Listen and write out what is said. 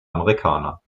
amerikaner